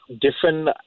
different